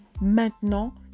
maintenant